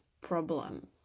problem